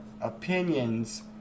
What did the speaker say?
opinions